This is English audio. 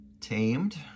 tamed